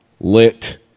Lit